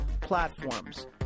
platforms